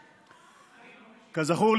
כזכור,